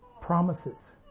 promises